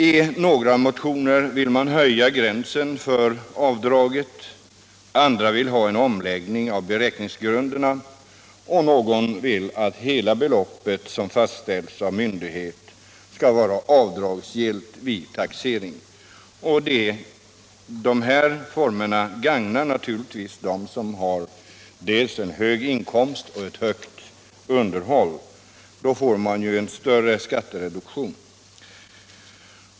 I några motioner vill man höja gränsen för avdraget, andra vill ha en omläggning av beräkningsgrunderna och någon vill att hela beloppet som fastställts av myndighet skall vara avdragsgillt vid taxeringen. De här formerna gagnar naturligtvis dem som har dels en hög inkomst, dels ett högt underhåll — de får ju den största skattereduktionen.